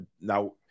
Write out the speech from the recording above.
Now